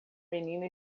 menina